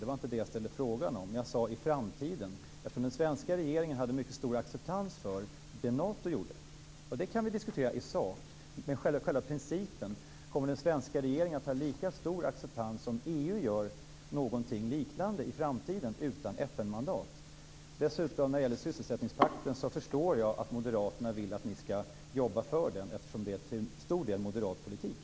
Jag frågade inte om det. Jag talade om framtiden. Den svenska regeringen hade mycket stor acceptans för det Nato gjorde, och det kan vi diskutera i sak. Men nu gäller det själva principen. Kommer den svenska regeringen att ha lika stor acceptans om EU gör någonting liknande i framtiden utan FN-mandat? Jag förstår att Moderaterna vill att ni skall jobba för sysselsättningspakten, eftersom det till stor del är moderat politik.